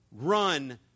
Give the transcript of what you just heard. run